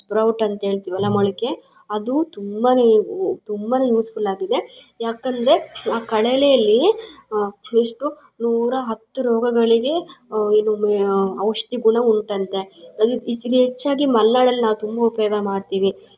sprout ಅಂತ ಹೇಳ್ತಿವಲ್ಲ ಮೊಳಕೆ ಅದು ತುಂಬ ಎ ಒ ತುಂಬ ಯೂಸ್ಫುಲ್ ಆಗಿದೆ ಯಾಕಂದರೆ ಆ ಕಳಲೆಯಲ್ಲಿ ಎಷ್ಟು ನೂರಾ ಹತ್ತು ರೋಗಗಳಿಗೆ ಏನು ಔಷಧಿ ಗುಣ ಉಂಟಂತೆ ಅದು ಇತ್ತಿಚೆಗೆ ಹೆಚ್ಚಾಗಿ ಮಲ್ನಾಡಲ್ಲಿ ನಾವು ತುಂಬ ಉಪಯೋಗ ಮಾಡ್ತಿವಿ